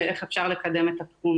לאיך אפשר לקדם את התחום